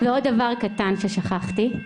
ועוד דבר קטן ששכחתי,